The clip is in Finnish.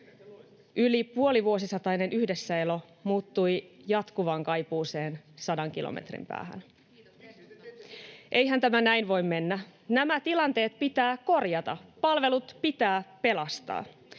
Yli puolivuosisatainen yhdessäelo muuttui jatkuvaan kaipuuseen sadan kilometrin päähän. [Jani Mäkelä: Miksi te teitte soten?] Eihän tämä näin voi mennä. Nämä tilanteet pitää korjata. Palvelut pitää pelastaa.